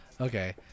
okay